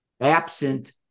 absent